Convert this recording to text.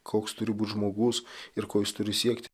koks turi būt žmogus ir ko jis turi siekt